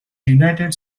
united